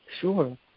Sure